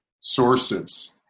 sources